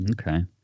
Okay